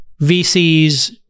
VCs